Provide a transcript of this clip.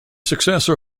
successor